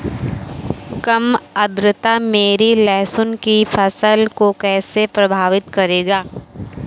कम आर्द्रता मेरी लहसुन की फसल को कैसे प्रभावित करेगा?